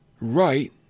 right